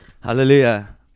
Hallelujah